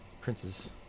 Prince's